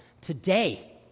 Today